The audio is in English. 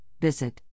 visit